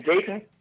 Jason